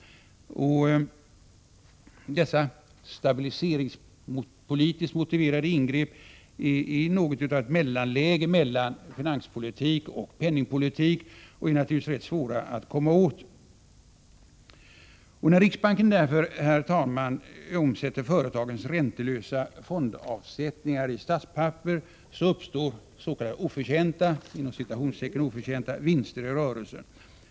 Dessa stabiliseringspolitiskt motiverade ingrepp är något av ett mellanläge mellan finanspolitik och penningpolitik och är naturligtvis rätt svåra att komma åt. När riksbanken därför, herr talman, omsätter företagens räntelösa fondavsättningar i statspapper uppstår ”oförtjänta” vinster.